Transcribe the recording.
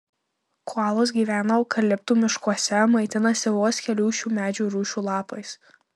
koalos gyvena eukaliptų miškuose maitinasi vos kelių šių medžių rūšių lapais